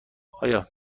آیا